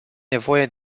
nevoie